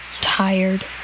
Tired